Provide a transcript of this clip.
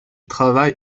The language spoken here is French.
travaille